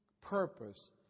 purpose